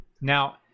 now